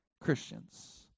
Christians